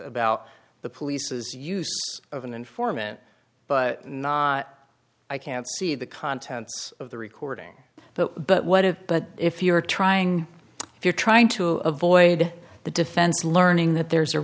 about the police's use of an informant but not i can't see the contents of the recording but but what if but if you're trying if you're trying to avoid the defense learning that there's a